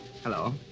Hello